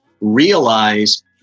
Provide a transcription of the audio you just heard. realize